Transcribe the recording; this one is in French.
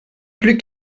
plus